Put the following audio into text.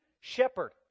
shepherd